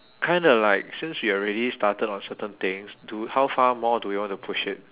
kinda like since we already started on certain things do how far more do we want to push it